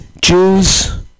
Jews